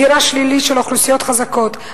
הגירה שלילית של אוכלוסיות חזקות,